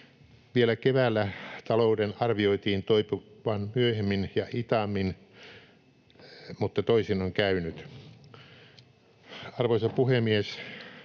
Vielä keväällä talouden arvioitiin toipuvan myöhemmin ja hitaammin, mutta toisin on käynyt. Arvoisa puhemies!